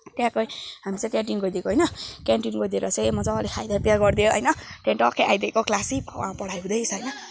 ट्याक्कै हामी चाहिँ क्यान्टिन गइदिएको होइन क्यान्टिन गइदिएर चाहिँ मजाले खाइदियो पे गरिदियो होइन त्यहाँ ट्क्कै आइदिएको क्लासै पढाइ हुँदैछ होइन